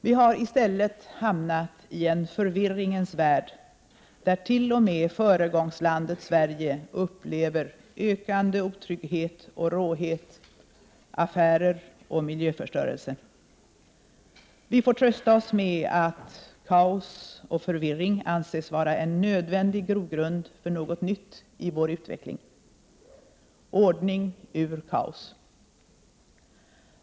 Vi har i stället hamnat i en förvirringens värld, där t.o.m. föregångslandet Sverige upplever ökande otrygghet och råhet, affärer och miljöförstörelse. Vi får trösta oss med att kaos och förvirring anses vara en nödvändig grogrund för något nytt i vår utveckling — ordning ur kaos.